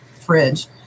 fridge